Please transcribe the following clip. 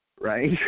right